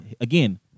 again